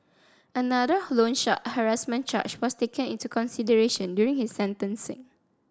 another loan shark harassment charge was taken into consideration during his sentencing